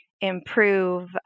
improve